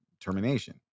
termination